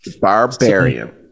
barbarian